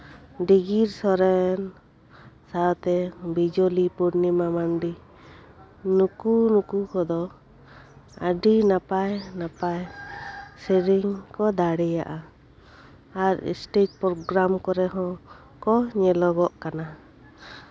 ᱰᱤᱜᱤᱨ ᱥᱚᱨᱮᱱ ᱥᱟᱶᱛᱮ ᱵᱤᱡᱚᱞᱤ ᱯᱩᱨᱱᱤᱢᱟ ᱢᱟᱱᱰᱤ ᱱᱩᱠᱩᱼᱱᱩᱠᱩ ᱠᱚᱫᱚ ᱟᱹᱰᱤ ᱱᱟᱯᱟᱭᱼᱱᱟᱯᱟᱭ ᱥᱮᱨᱮᱧ ᱠᱚ ᱫᱟᱲᱮᱭᱟᱜᱼᱟ ᱟᱨ ᱥᱴᱮᱡ ᱯᱨᱳᱜᱽᱨᱟᱢ ᱠᱚᱨᱮ ᱦᱚᱸ ᱠᱚ ᱧᱮᱞᱚᱜᱚᱜ ᱠᱟᱱᱟ